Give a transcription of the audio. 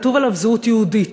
כתוב עליו: זהות יהודית.